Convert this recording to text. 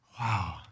Wow